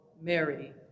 Mary